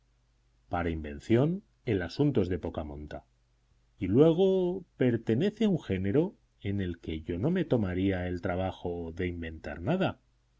para invención el asunto es de poca monta y luego pertenece a un género en que yo no me tomaría el trabajo de inventar nada